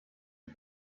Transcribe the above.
ich